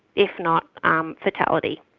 if not um fatality.